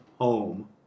home